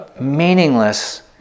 meaningless